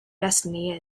destiny